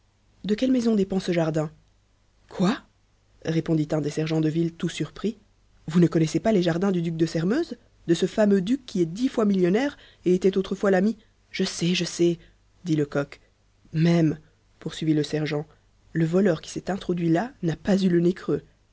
de quelle maison dépend ce jardin quoi répondit un des sergents de ville tout surpris vous ne connaissez pas les jardins du duc de sairmeuse de ce fameux duc qui est dix fois millionnaire et était autrefois l'ami je sais je sais dit lecoq même poursuivit le sergent le voleur qui s'est introduit là n'a pas eu le nez creux